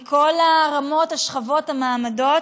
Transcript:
מכל הרמות, השכבות, המעמדות,